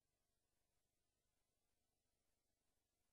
אדוני היושב-ראש,